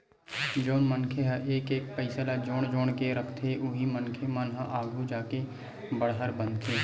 जउन मनखे ह एक एक पइसा ल जोड़ जोड़ के रखथे उही मनखे मन ह आघु जाके बड़हर बनथे